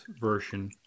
version